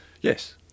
yes